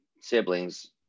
siblings